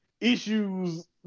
issues